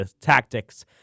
tactics